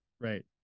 right